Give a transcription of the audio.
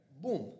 boom